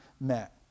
met